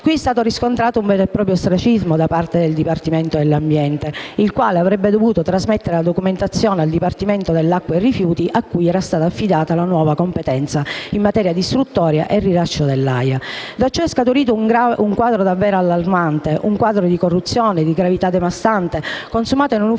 Qui è stato riscontrato un vero e proprio ostracismo da parte del dipartimento dell'ambiente, il quale avrebbe dovuto trasmettere la documentazione al dipartimento dell'acqua e dei rifiuti, a cui era stata affidata la nuova competenza in materia di istruttoria e rilascio dell'AIA. Da ciò è scaturito un quadro davvero allarmante, un quadro di corruzione di gravità devastante, consumato in un ufficio